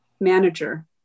manager